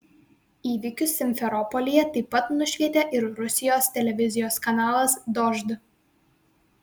įvykius simferopolyje taip pat nušvietė ir rusijos televizijos kanalas dožd